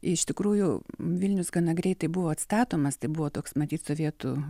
iš tikrųjų vilnius gana greitai buvo atstatomas tai buvo toks matyt sovietų